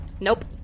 Nope